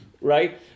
right